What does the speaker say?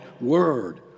Word